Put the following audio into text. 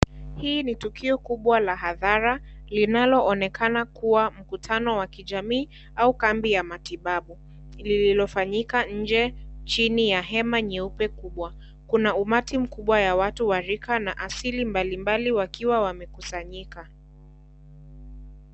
Hii ni tukio kubwa la hadhara, linaloonekana kuwa mkutano wa kijamii, au kambi ya matibabu. Lililofanyika nje, chini ya nyeupe hema kubwa. Kuna umati mkubwa ya wati wa rika na asili mbali mbali wakiwa wamekusanyika.